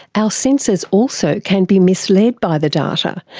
our senses also can be misled by the data,